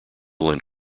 lent